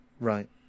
Right